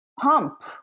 pump